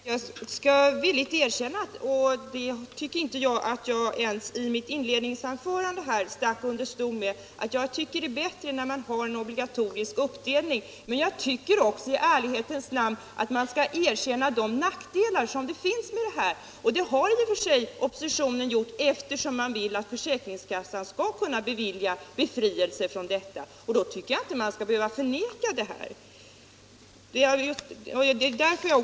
Herr talman! Jag skall villigt erkänna — det stack jag inte under stol med ens i mitt inledningsanförande — att jag tycker att det är bättre 7 med en obligatorisk uppdelning. Men jag tycker också att man i ärlighetens namn skall erkänna de nackdelar som följer med en sådan. Det har oppositionen i och för sig gjort, eftersom den vill att försäkringskassan skall kunna bevilja befrielse. Det skall fru Håvik väl inte behöva förneka.